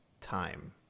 time